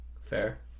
Fair